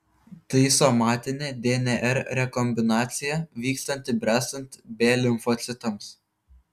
tai somatinė dnr rekombinacija vykstanti bręstant b limfocitams